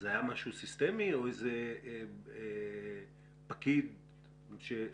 זה היה משהו סיסטמי או איזה פקיד שטעה?